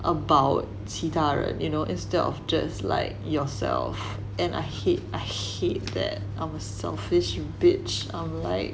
about 其他人 you know instead of just like yourself and I hate I hate that I am a selfish bitch I'm like